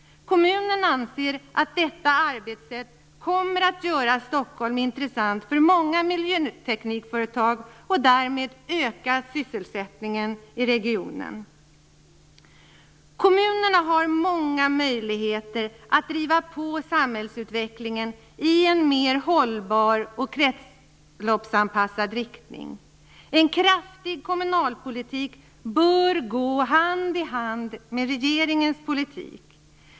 Kommunen anser att detta arbetssätt kommer att göra Stockholm intressant för många miljöteknikföretag och därmed öka sysselsättningen i regionen. Kommunerna har många möjligheter att driva på samhällsutvecklingen i en mer hållbar och kretsloppsanpassad riktning. En kraftfull kommunalpolitik bör gå hand i hand med regeringens politik.